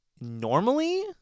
normally